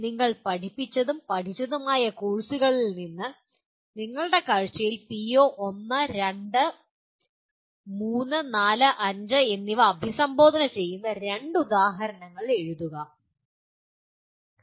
നിങ്ങൾ പഠിപ്പിച്ചതും പഠിച്ചതുമായ കോഴ്സുകളിൽ നിങ്ങളുടെ കാഴ്ചയിൽ നിന്ന് പിഒ1 പിഒ2 പിഒ3 പിഒ4 പിഒ5 എന്നിവ അഭിസംബോധന ചെയ്യുന്ന രണ്ട് ഉദാഹരണ പ്രവർത്തനങ്ങൾ നൽകുക